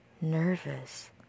nervous